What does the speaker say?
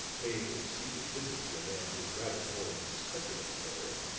paying a secret visit to a man who is rather more than suspected of the murder,